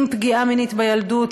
אם פגיעה מינית בילדות,